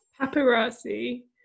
Paparazzi